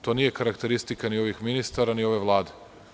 To nije karakteristika ni ovih ministara, ni ove vlade.